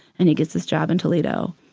and he gets this job in toledo,